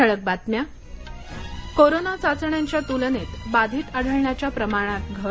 ठळक बातम्या कोरोना चाचण्यांच्यातुलनेत बाधित आढळण्याच्या प्रमाणात घट